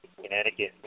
Connecticut